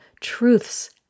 truths